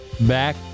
back